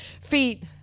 Feet